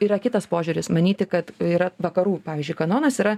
yra kitas požiūris manyti kad yra vakarų pavyzdžiui kanonas yra